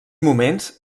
moments